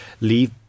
leave